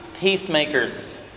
peacemakers